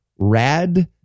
rad